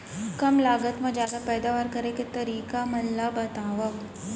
कम लागत मा जादा पैदावार करे के तरीका मन ला बतावव?